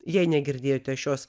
jei negirdėjote šios